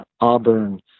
Auburn